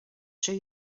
show